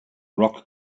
rock